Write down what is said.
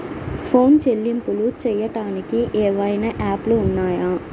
Phone చెల్లింపులు చెయ్యటానికి ఏవైనా యాప్లు ఉన్నాయా?